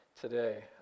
today